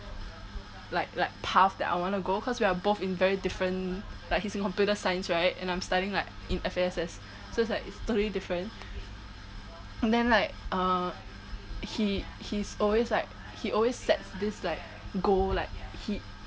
like like path that I wanna go cause we are both in very different like he's in computer science right and I'm studying like in F_A_S_S so is like it's totally different then like uh he he's always like he always sets this like goal like he